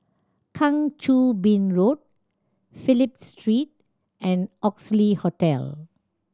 Kang Choo Bin Road Phillip Street and Oxley Hotel